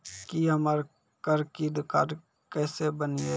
की हमर credit card केसे बनिये?